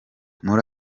muri